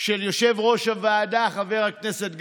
של יושב-ראש הוועדה, חבר הכנסת גפני,